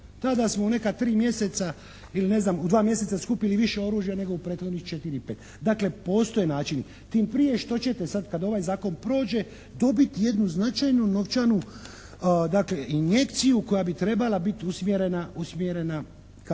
Tada smo u neka tri mjeseca ili ne znam u dva mjeseca skupili više oružja nego u prethodnih 4 ili 5. Dakle postoje načini. Tim prije što ćete sad kad ovaj zakon prođe dobiti jednu značajnu novčanu dakle injekciju koja bi trebala biti usmjerena ka